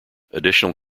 additional